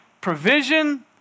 provision